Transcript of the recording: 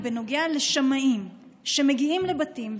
היא בנוגע לשמאים שמגיעים לבתים,